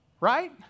Right